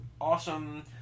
awesome